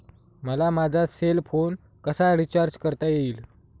मला माझा cell phone कसा रिचार्ज करता येईल?